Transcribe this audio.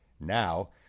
Now